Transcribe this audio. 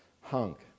hunk